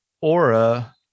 aura